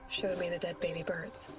showed me the dead baby birds.